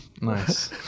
Nice